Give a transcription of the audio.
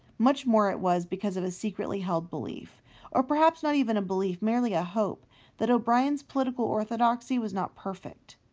much more was because of a secretly held belief or perhaps not even a belief, merely a hope that o'brien's political orthodoxy was not perfect.